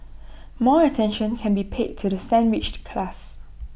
more attention can be paid to the sandwiched class